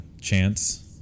chance